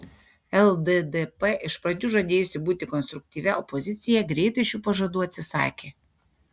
lddp iš pradžių žadėjusi būti konstruktyvia opozicija greitai šių pažadų atsisakė